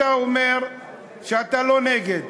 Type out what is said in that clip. אתה אומר שאתה לא נגד.